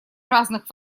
разных